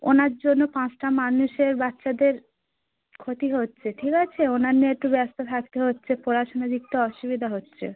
ওনার জন্য পাঁচটা মানুষের বাচ্চাদের ক্ষতি হচ্ছে ঠিক আছে ওনার নিয়ে একটু ব্যস্ত থাকতে হচ্ছে পড়াশুনার দিকটা অসুবিধা হচ্ছে